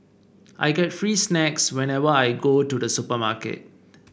I get free snacks whenever I go to the supermarket